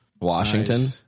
Washington